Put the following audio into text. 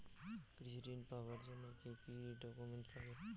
কৃষি ঋণ পাবার জন্যে কি কি ডকুমেন্ট নাগে?